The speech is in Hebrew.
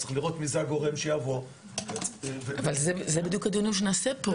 צריך לראות מי זה הגורם שיבוא --- אבל זה בדיוק הדיונים שנעשה פה,